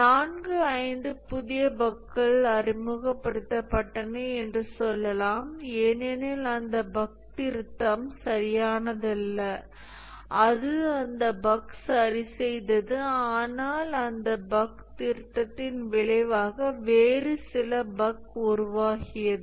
நான்கு ஐந்து புதிய பஃக்கள் அறிமுகப்படுத்தப்பட்டன என்று சொல்லலாம் ஏனெனில் அந்த பஃக்த்திருத்தம் சரியானதல்ல அது அந்த பஃக் சரிசெய்தது ஆனால் அந்த பஃக் திருத்தத்தின் விளைவாக வேறு சில பஃக் உருவாகியது